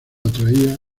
atraía